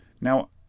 Now